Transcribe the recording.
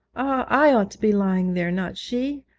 i ought to be lying there not she.